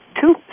two